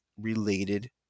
related